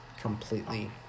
completely